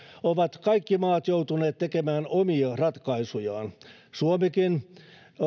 ovat kaikki maat joutuneet tekemään omia ratkaisujaan suomikin